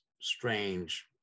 strange